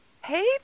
Hey